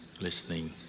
listening